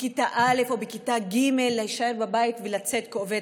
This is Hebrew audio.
בכיתה א' או בכיתה ג' בבית ולצאת כעובד,